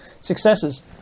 successes